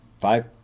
five